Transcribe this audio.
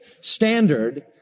standard